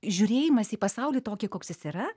žiūrėjimas į pasaulį tokį koks jis yra